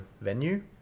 venue